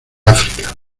áfrica